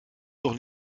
doch